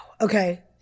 Okay